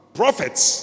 prophets